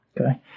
Okay